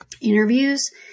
interviews